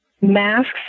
masks